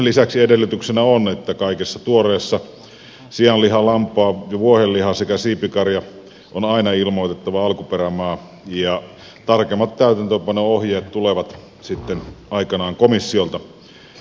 lisäksi edellytyksenä on että kaikesta tuoreesta sianlihasta lampaan ja vuohenlihasta sekä siipikarjasta on aina ilmoitettava alkuperämaa ja tarkemmat täytäntöönpano ohjeet tulevat sitten aikanaan komissiolta